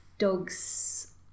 dogs